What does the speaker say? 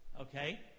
okay